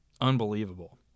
Unbelievable